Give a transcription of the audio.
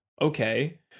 okay